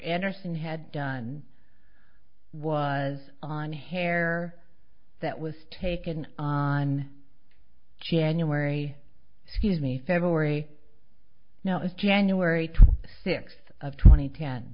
anderson had done was on hair that was taken on january scuse me february now it's january twenty sixth of twenty ten